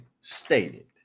stated